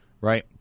Right